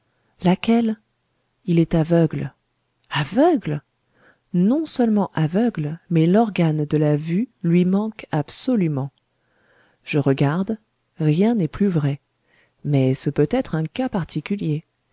laquelle il est aveugle aveugle non seulement aveugle mais l'organe de la vue lui manque absolument je regarde rien n'est plus vrai mais ce peut être un cas particulier